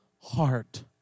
heart